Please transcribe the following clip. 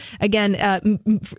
again